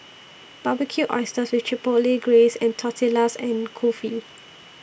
Barbecued Oysters with Chipotle Glaze Tortillas and Kulfi